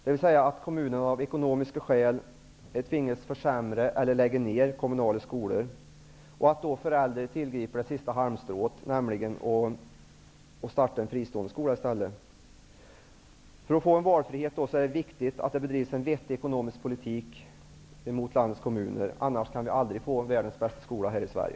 Kommunerna tvingas av ekonomiska skäl att försämra eller lägga ner kommunala skolor. Föräldrarna tillgriper då det sista halmstrået, nämligen att i stället starta en fristående skola. Det är viktigt att det bedrivs en vettig ekonomisk politik mot landets kommuner för att man skall få en valfrihet. Annars kan vi aldrig få världens bästa skola här i Sverige.